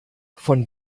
von